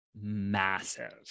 massive